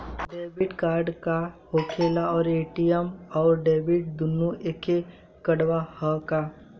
Debit card का होखेला और ए.टी.एम आउर डेबिट दुनों एके कार्डवा ह का?